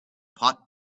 pot